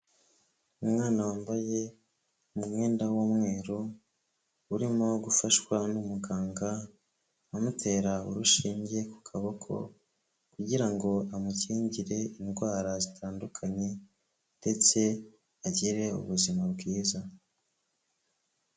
Umwana wambaye umwenda w'umweru , urimo gufashwa n'umuganga, amutera urushinge ku kaboko, kugira ngo amukingire indwara zitandukanye, ndetse agire ubuzima bwiza.